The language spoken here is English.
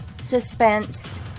suspense